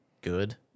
good